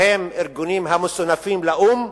בהם ארגונים המסונפים לאו"ם,